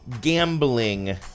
gambling